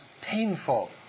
painful